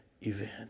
event